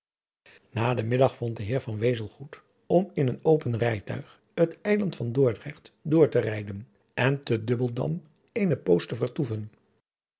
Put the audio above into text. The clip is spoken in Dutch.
na den middag vond de heer van wezel goed om in een open rijtuig het eiland van dordrecht door te rijden en te dubbeldam eene poos te vertoeven